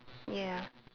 ya